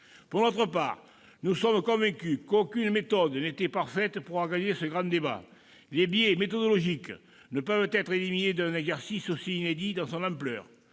Pour notre part, nous sommes convaincus qu'aucune méthode n'était parfaite pour organiser ce grand débat. Les biais méthodologiques ne peuvent être éliminés d'un exercice aussi inédit dans son ampleur.